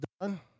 done